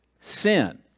sin